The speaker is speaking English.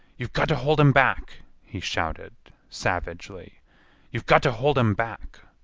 you've got to hold em back! he shouted, savagely you've got to hold em back!